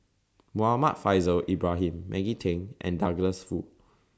Muhammad Faishal Ibrahim Maggie Teng and Douglas Foo